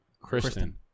Kristen